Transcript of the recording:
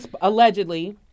allegedly